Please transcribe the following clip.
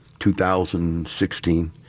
2016